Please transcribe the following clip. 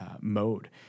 mode